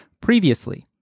Previously